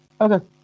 Okay